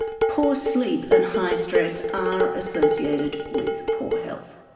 poor sleep and high stress are associated with poor health.